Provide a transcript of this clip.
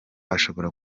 ashobora